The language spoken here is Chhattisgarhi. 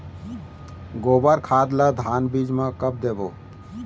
गोबर खाद ला धान बीज म कब देबो?